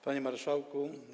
Panie Marszałku!